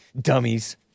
Dummies